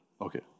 Okay